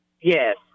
Yes